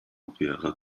окуяга